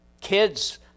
kids